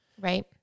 Right